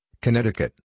Connecticut